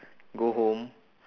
go home